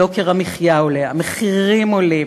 יוקר המחיה עולה, המחירים עולים,